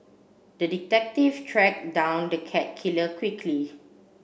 the detective tracked down the cat killer quickly